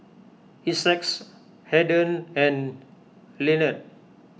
Essex Haden and Lenard